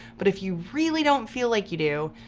but if you really don't feel like you do,